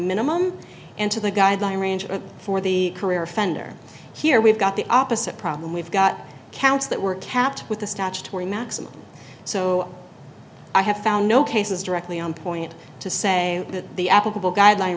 minimum into the guideline range for the career offender here we've got the opposite problem we've got counts that were capped with the statutory maximum so i have found no cases directly on point to say that the applicable guideline